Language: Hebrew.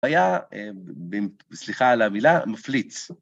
היה, סליחה על המילה, מפליץ.